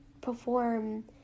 perform